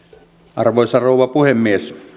arvoisa rouva puhemies